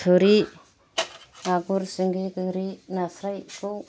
थुरि मागुर सिंगि गोरिखौ नास्रायखौ